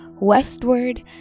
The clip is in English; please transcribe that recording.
westward